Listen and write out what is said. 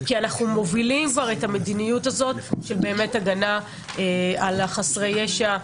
כי אנחנו מובילים כבר את המדיניות הזאת של הגנה על חסרי ישע,